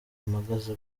mpagaze